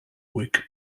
whig